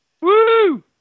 Woo